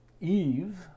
Eve